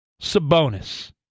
Sabonis